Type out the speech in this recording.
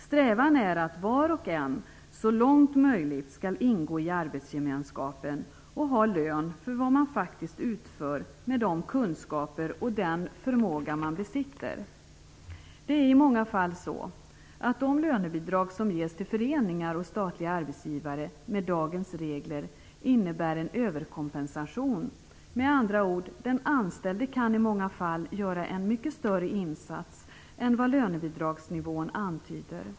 Strävan är att var och en så långt som möjligt skall ingå i arbetsgemenskapen och ha lön för vad som faktiskt utförs med de kunskaper och den förmåga som vederbörande besitter. Det är i många fall så att de lönebidrag som ges till föreningar och statliga arbetsgivare med dagens regler innebär en överkompensation. Med andra ord: Den anställde kan i många fall göra en mycket större insats än vad lönebidragsnivån antyder.